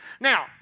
Now